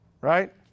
right